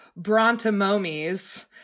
Brontomomies